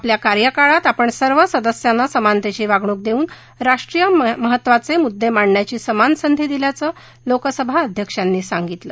आपल्या कार्यकाळात आपण सर्व सदस्याना समानतेची वागणूक देऊन राष्ट्रीय महत्वाचे मुद्दे मांडण्याची समान संधी दिल्याचं लोकसभा अध्यक्षांनी सांगितलं